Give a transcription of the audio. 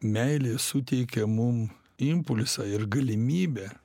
meilė suteikia mum impulsą ir galimybę